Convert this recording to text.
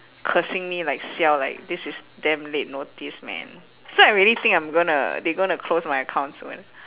cursing me like siao like this is damn late notice man so I really think I'm gonna they gonna close my account soon